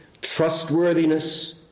trustworthiness